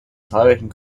zahlreichen